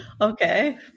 Okay